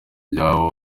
ibyabo